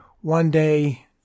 one-day